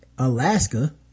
Alaska